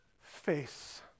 face